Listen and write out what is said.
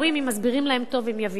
אם מסבירים להם טוב הם יבינו,